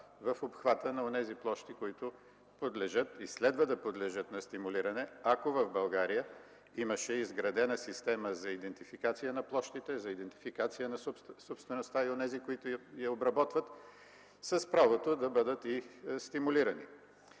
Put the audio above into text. в обхвата на площите, които подлежат и следва да подлежат на стимулиране, ако в България имаше изградена система за идентификация на площите, за идентификация на собствеността и на онези, които я обработват, с правото да бъдат и стимулирани.